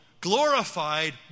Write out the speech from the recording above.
glorified